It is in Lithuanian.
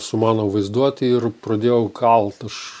su mano vaizduote ir pradėjau kalt aš